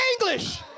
English